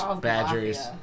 Badgers